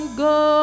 go